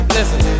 Listen